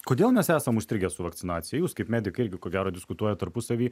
kodėl mes esam užstrigę su vakcinacij jūs kaip medikai irgi ko gero diskutuojat tarpusavy